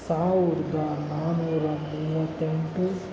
ಸಾವಿರ್ದ ನಾನ್ನೂರ ಮೂವತ್ತೆಂಟು